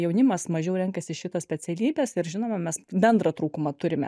jaunimas mažiau renkasi šitas specialybes ir žinoma mes bendrą trūkumą turime